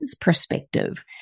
perspective